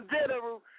General